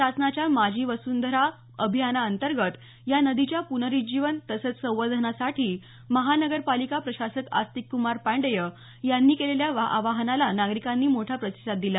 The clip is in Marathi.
शासनाच्या माझी वसुंधरा अभियानांतर्गत या नदीच्या पुनरुज्जीवन तसंच संवर्धनासाठी महानगरपालिका प्रशासक आस्तिकक्मार पाण्डेय यांनी केलेल्या आवाहनाला नागरिकांनी मोठा प्रतिसाद दिला